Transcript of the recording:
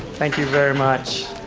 thank you very much.